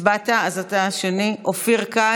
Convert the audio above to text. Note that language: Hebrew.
אופיר כץ,